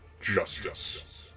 Justice